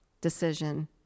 decision